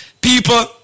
people